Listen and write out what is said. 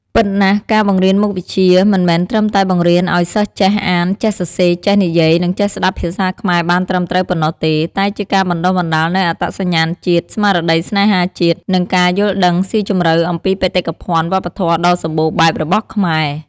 ពិតណាស់ ការបង្រៀនមុខវិជ្ជា មិនមែនត្រឹមតែបង្រៀនឱ្យសិស្សចេះ អាន ចេះសរសេរ ចេះនិយាយ និងចេះស្តាប់ភាសាខ្មែរបានត្រឹមត្រូវ ប៉ុណ្ណោះទេ តែជាការបណ្ដុះបណ្ដាលនូវអត្តសញ្ញាណជាតិ ស្មារតីស្នេហាជាតិ និងការយល់ដឹងស៊ីជម្រៅអំពីបេតិកភណ្ឌវប្បធម៌ដ៏សម្បូរបែបរបស់ខ្មែរ។